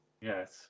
Yes